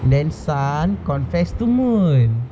then sun confessed to moon